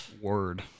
Word